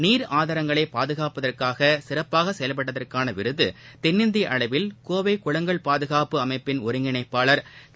நீர் ஆதாரங்களை பாதுகாப்பதற்னக சிறப்பாக செயல்பட்டதற்கான விருது தென்னிந்திய அளவில் கோவை குளங்கள் பாதுகாப்பு அமைப்பிள் ஒருங்கிணைப்பாளர் திரு